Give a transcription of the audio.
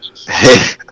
hey